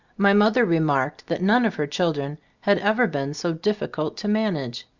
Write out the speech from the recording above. my mother remarked that none of her children had ever been so difficult to manage.